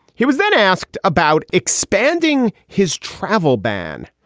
he was then asked about expanding his travel ban.